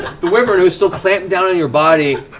the wyvern, who is still clamped down on your body,